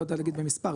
לא יודע להגיד במספר,